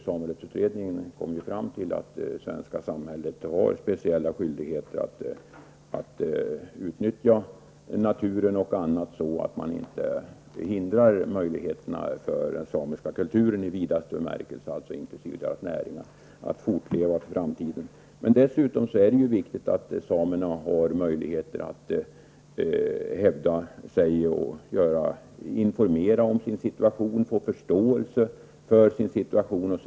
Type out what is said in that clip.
Samerättsutredningen kom fram till att det svenska samhället har speciella skyldigheter att utnyttja naturen så att man inte hindrar möjligheterna för den samiska kulturen i vidaste bemärkelse, alltså inte hindrar näringen, att fortleva i framtiden. Dessutom är det viktigt att samerna får möjlighet att hävda sig, informera om sin situation och få förståelse för sin situation.